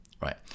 right